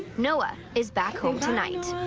noah is back home tonight.